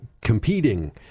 competing